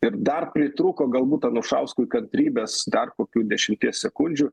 ir dar pritrūko galbūt anušauskui kantrybės dar kokių dešimties sekundžių